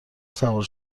سوار